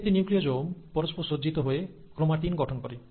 প্রত্যেকটি নিউক্লিওজোম পরস্পর সজ্জিত হয়ে ক্রোমাটিন গঠন করে